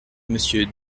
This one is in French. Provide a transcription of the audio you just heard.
monsieur